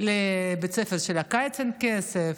לבית ספר של הקיץ אין כסף,